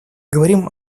говорим